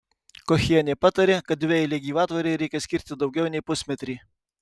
kochienė patarė kad dvieilei gyvatvorei reikia skirti daugiau nei pusmetrį